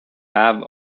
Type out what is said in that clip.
have